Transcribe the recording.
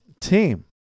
Team